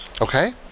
Okay